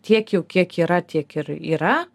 tiek jau kiek yra tiek ir yra